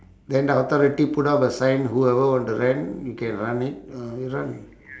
then after that he put up a sign whoever want to rent you can run it uh you run